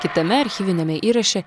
kitame archyviniame įraše